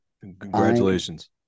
congratulations